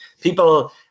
people